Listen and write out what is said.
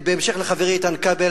בהמשך לחברי איתן כבל,